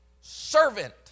Servant